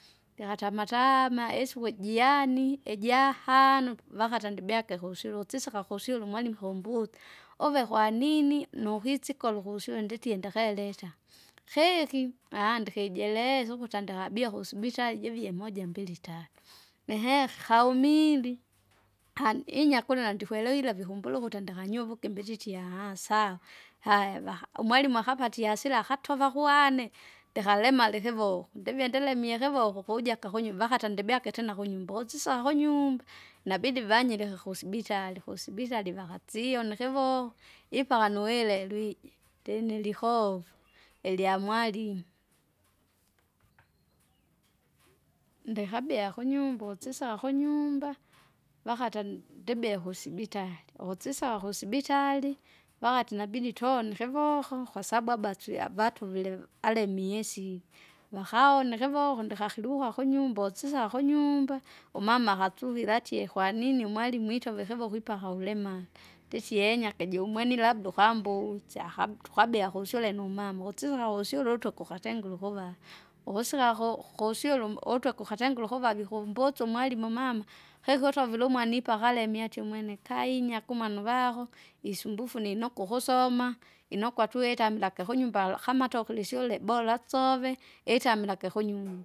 jikata amataama isiku jiani ijahano pa- vakata ndibyake kusilusisaka kusyula umwalimu kumbute, uve kwanini? Nukisikolo kusyule nditie ndakaileta. Keki, ahande ndikijeleza ukiti anda akabia kusibitari jivie moja, mbili, tatu, eehe haumili, inyakuno nandikwelewila vikumbula ukuti ndakanyu uvugimbi nditi aaha! sawa, haya va- umwalimu akapatie iasila akatova kuwane, ndikalemale ikivoko, ndive ndilemie ikivoko kuja akakonyi vakata ndibyake tena kunyumba ukusisa ahonyumba, inabidi vanyire leka kusibitari kusibitari vakasiona ikivo, ipala nuwile lwije ndinilihovo, ilyamwalimu. Ndihabia kunyumba ukusisawa kunyumba, vakata ndibie kusibitari, ukusisawa kusibitari vakati inabidi tone ikivoko kwasababu aswia avatuvile alimiesi, vakaone ikivoko ndikakiluka kunyumba usisaka kunyumba, umama akatuvila atie kwaini umwalimu ichove ikivoko ipaka ulemale. Nditie enyakiji umweni labda ukambutsya akabu tukabia kusyule numama ukutsiha usyule utuku ukatengule ukuvala. Ukusika ku- kusyule um- utweke ukatengule ukuva vikumbusu umwalimu umama, hegotwa viliumwana ipakale imyache umwene kainya kumwana uvako, isumbufu ninoko ukusoma, inokwa twita mulaki hunyumba hala kamatwakuli isyule bora atsove itamilake kunyumba.